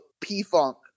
P-Funk